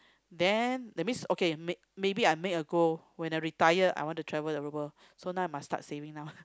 then that means okay may~ maybe I make a goal when I retire I want to travel the world so I must start saving now